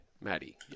Maddie